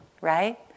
right